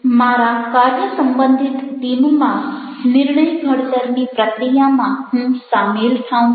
મારા કાર્ય સંબંધિત ટીમમાં નિર્ણય ઘડતરની પ્રક્રિયામાં હું સામેલ થાઉં છું